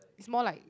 is more like